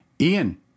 ian